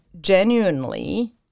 genuinely